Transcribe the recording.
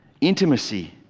intimacy